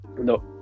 No